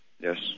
Yes